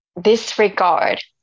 disregard